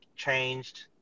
changed